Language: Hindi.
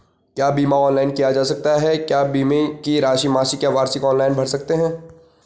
क्या बीमा ऑनलाइन किया जा सकता है क्या बीमे की राशि मासिक या वार्षिक ऑनलाइन भर सकते हैं?